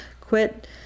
quit